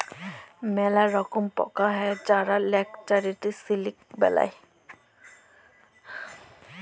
ম্যালা রকম পকা হ্যয় যারা ল্যাচারেলি সিলিক বেলায়